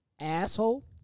asshole